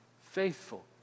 faithful